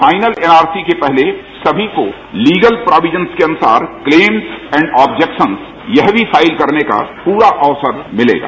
final NRC के पहले सभी को लीगल प्रोविजेंस के अनुसार क्लेम्स एंड आब्जेक्शन्स यह भी फाइल करने का पूरा अवसर मिलेगा